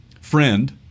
friend